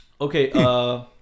Okay